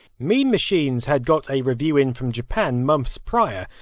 mean machines had got a review in from japan months prior,